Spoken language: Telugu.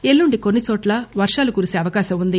ఎల్లుండి కొన్నిచోట్ల వర్షాలు కురిసే అవకాశం ఉంది